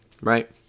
right